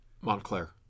Montclair